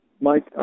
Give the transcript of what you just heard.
Mike